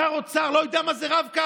שר אוצר לא יודע מה זה רב-קו,